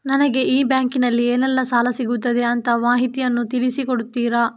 ನನಗೆ ಈ ಬ್ಯಾಂಕಿನಲ್ಲಿ ಏನೆಲ್ಲಾ ಸಾಲ ಸಿಗುತ್ತದೆ ಅಂತ ಮಾಹಿತಿಯನ್ನು ತಿಳಿಸಿ ಕೊಡುತ್ತೀರಾ?